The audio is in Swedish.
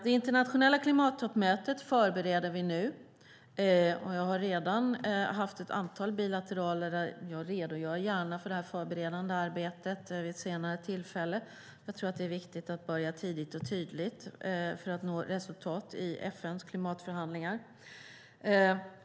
Det internationella klimattoppmötet förbereder vi nu, och jag har redan haft ett antal bilateraler. Jag redogör gärna för det förberedande arbetet vid ett senare tillfälle. Jag tror att det är viktigt att börja tidigt och tydligt för att nå resultat i FN:s klimatförhandlingar.